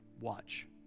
watch